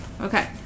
Okay